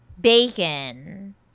Bacon